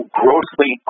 grossly